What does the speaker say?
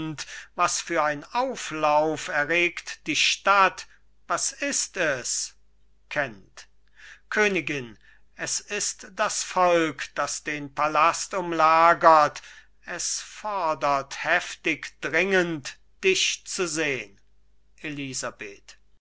was für ein auflauf erregt die stadt was ist es kent königin es ist das volk das den palast umlagert es fordert heftig dringend dich zu sehn elisabeth